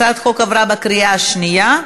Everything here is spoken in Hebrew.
הצעת החוק עברה בקריאה שנייה.